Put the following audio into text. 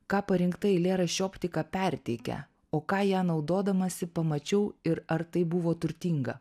ką parinkta eilėraščio optika perteikia o ką ją naudodamasi pamačiau ir ar tai buvo turtinga